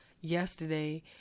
Yesterday